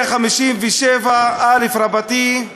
157א רבתי,